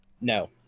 No